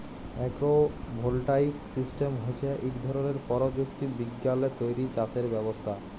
agro voltaic system হছে ইক ধরলের পরযুক্তি বিজ্ঞালে তৈরি চাষের ব্যবস্থা